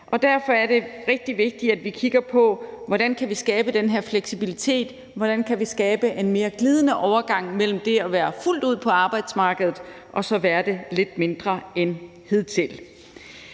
derfor er det rigtig vigtigt, at vi kigger på, hvordan vi kan skabe den her fleksibilitet, og hvordan vi kan skabe en mere glidende overgang mellem det at være fuldt ud på arbejdsmarkedet og så være det lidt mindre end hidtil.